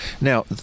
Now